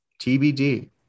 TBD